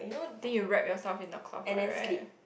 I think you wrap yourself in the cloth what right